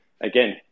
again